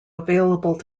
available